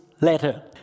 letter